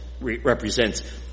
represents